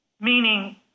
Meaning